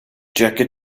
jackie